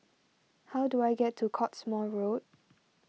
how do I get to Cottesmore Road